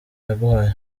yaguhaye